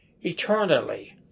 eternally